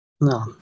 No